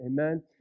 amen